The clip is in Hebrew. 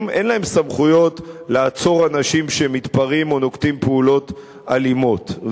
אין להם סמכויות לעצור אנשים שמתפרעים או נוקטים פעולות אלימות,